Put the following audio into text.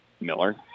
Miller